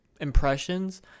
impressions